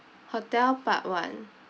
hotel part one